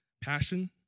passion